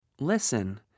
Listen